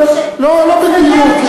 לא בדיוק.